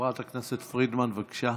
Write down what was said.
חברת הכנסת פרידמן, בבקשה.